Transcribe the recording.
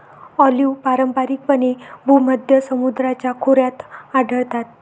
olive पारंपारिकपणे भूमध्य समुद्राच्या खोऱ्यात आढळतात